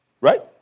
right